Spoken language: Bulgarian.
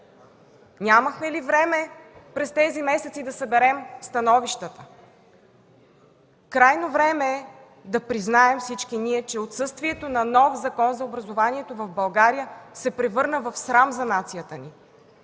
Нямахме ли време през тези месеци да съберем становищата? Крайно време е всички ние да признаем, че отсъствието на нов Закон за образованието в България се превърна в срам за нацията ни.